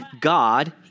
God